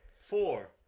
Four